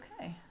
Okay